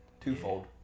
Twofold